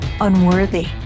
unworthy